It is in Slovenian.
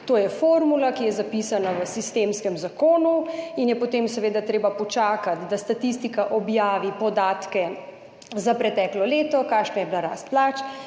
To je formula, ki je zapisana v sistemskem zakonu, in je potem seveda treba počakati, da statistika objavi podatke za preteklo leto, kakšna je bila rast plač,